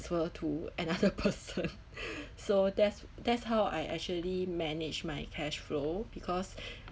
to another person so that's that's how I actually manage my cash flow because